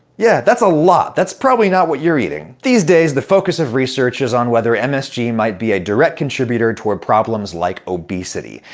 yeah, that's a lot. that's probably not what you're eating. these days, the focus of research is on whether msg might be a direct contributor toward problems like obesity.